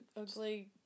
ugly